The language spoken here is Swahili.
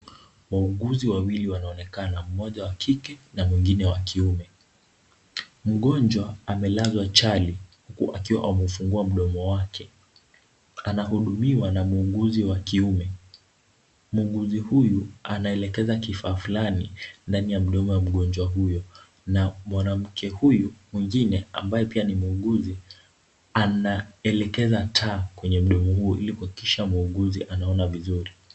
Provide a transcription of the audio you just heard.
Wauguzi wawili wanaonekana mmoja wa kike na mwingine wa kiume. Mgonjwa amelazwa chali huku akiwa amefungua mdomo wake. Anahudumiwa na muuguzi wa kiume. Muugzui huyu anaelekeza kifaa fulani ndani ya mdomo wa mgonjwa huyo na mwanamke huyu mwingine ambaye pia ni muuguzi anaelekeza taa kwenye mdomo huyo ili kuhakikisha muuguzi anaona vizuri.